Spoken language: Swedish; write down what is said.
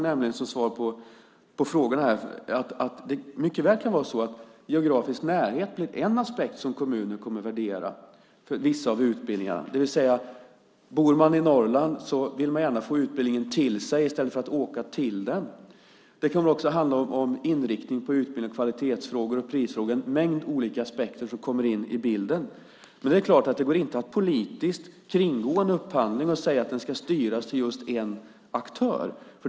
Som svar på frågorna här tror jag att det mycket väl kan vara så att geografisk närhet blir en aspekt som kommuner kommer att värdera för vissa av utbildningarna. Bor man i Norrland vill man gärna få utbildningen till sig i stället för att åka till den. Det kan också handla om inriktning på utbildning, kvalitetsfrågor och prisfrågor. Det är en mängd olika aspekter som kommer in i bilden. Men det går inte att politiskt kringgå en upphandling och säga att den ska styras till just en aktör.